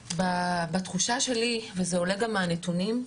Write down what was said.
בתחושה שלי, וזה עולה גם מהנתונים,